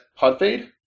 Podfade